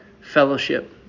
fellowship